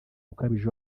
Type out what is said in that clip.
ukabije